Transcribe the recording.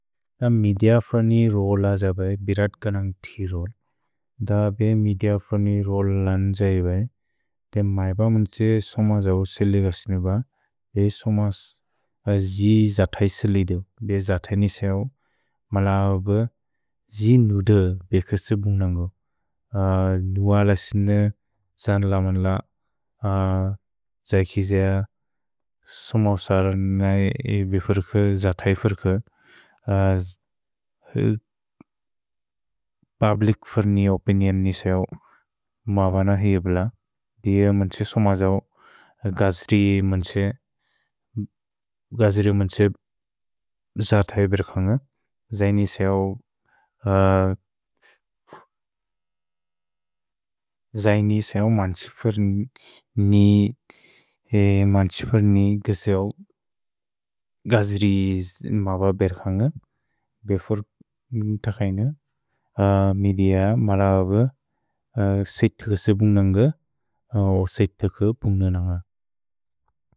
द म्द्यफ्रन् र्ल् अज बै, बिर्त् कनन्ग् त् र्ल्। द बे म्द्यफ्रन् र्ल् लन्ज इ बै, ते मैब मुन्छ् सोम ज्उ सेल्दिग सिनु ब, बे सोम ज् ज्थै सेल्दिउ। भे ज्थै नि स्उ, मला ब, ज् न्द् बे कसि बुन्ग्नन्ग्। नुअल सिनु त्सन् लमन्ल, त्सैकि ज्अ सोम ओसर् नै बे फर्के, ज्थै फर्के, पब्लिक् फर्न् ओपिन्येन् नि स्उ, माब न हिब्ल। भे मुन्छ् सोम ज्उ गज्रि मुन्छ् ज्थै बेर्कन्ग, ज्इ नि स्उ मन्छिफर्न् गज्रि माब बेर्कन्ग। भे फर्के, त्सैकि ज्इ नि, म्द्यफ्रन् म्ला ब, ज् ज्थै बुन्ग्नन्ग्, ओसर् ज्थै बुन्ग्नन्ग्।